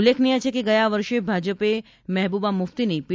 ઉલ્લેખનીય છે કે ગયા વર્ષે ભાજપે મહેબુબા મુફતીની પી